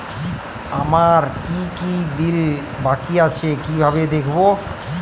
আমার কি কি বিল বাকী আছে কিভাবে দেখবো?